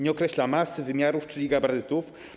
Nie określa masy, wymiarów, czyli gabarytów.